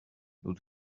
nous